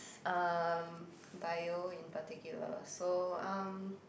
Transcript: um bio in particular so um